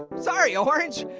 sorry, orange.